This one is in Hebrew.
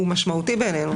הוא משמעותי בעינינו.